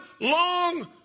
long